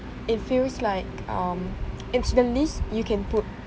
it feels like um it's the least you can put